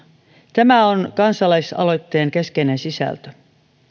tämä on kansalaisaloitteen keskeinen sisältö